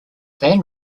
van